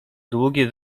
długie